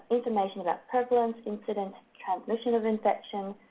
information about prevalence, incidence, transmission of infection,